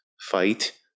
fight